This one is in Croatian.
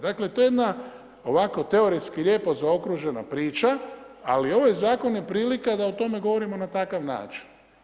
Dakle to je jedna ovako teoretski lijepo zaokružena priča, ali ovaj zakon je prilika da o tome govorimo na takav način.